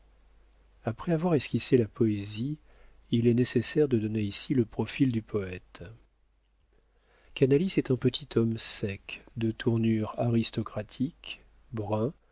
après avoir esquissé la poésie il est nécessaire de donner ici le profil du poëte canalis est un petit homme sec de tournure aristocratique brun